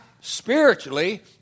spiritually